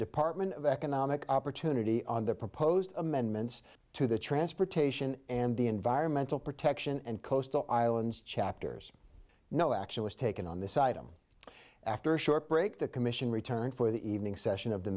department of economic opportunity on the proposed amendments to the transportation and the environmental protection and coastal islands chapter's no action was taken on this item after a short break the commission returned for the evening session of the